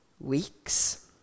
weeks